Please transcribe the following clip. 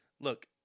look